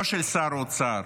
לא של שר האוצר